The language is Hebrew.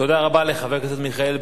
תודה רבה לחבר הכנסת מיכאל בן-ארי.